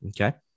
okay